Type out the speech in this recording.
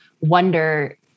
wonder